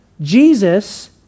Jesus